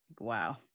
wow